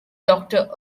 doctor